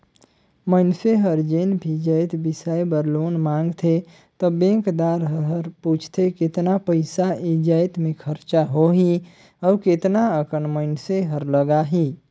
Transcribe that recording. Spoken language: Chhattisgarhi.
मइनसे हर जेन भी जाएत बिसाए बर लोन मांगथे त बेंकदार हर पूछथे केतना पइसा ए जाएत में खरचा होही अउ केतना अकन मइनसे हर लगाही